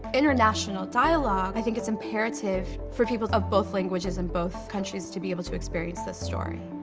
international dialogue, i think it's imperative for people of both languages, in both countries to be able to experience the story.